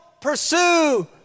pursue